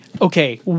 okay